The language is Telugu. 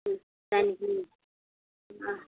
దానికి